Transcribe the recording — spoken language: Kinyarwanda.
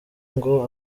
ngo